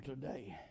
today